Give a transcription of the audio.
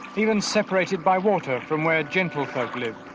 even separated by water from where gentle folk live.